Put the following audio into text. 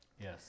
Yes